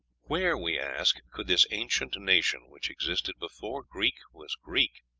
where, we ask, could this ancient nation, which existed before greek was greek,